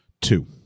Two